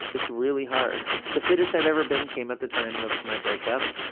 it's really hard. the fittest i've ever been came at the time of my break-up,